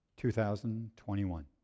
2021